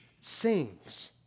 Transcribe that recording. sings